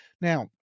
now